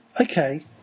okay